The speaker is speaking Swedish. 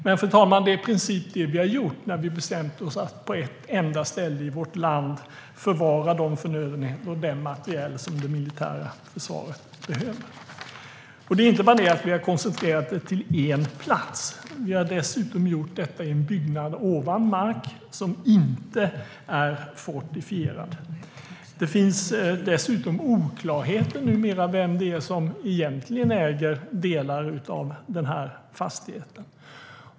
Men, fru talman, det är i princip det vi har gjort när vi bestämt oss för att på ett enda ställe i vårt land förvara de förnödenheter och den materiel som det militära försvaret behöver. Det är inte bara det att vi har koncentrerat det till en plats. Vi har dessutom gjort detta i en byggnad ovan mark som inte är fortifierad. Det finns dessutom oklarheter numera om vem det är som egentligen äger delar av den här fastigheten.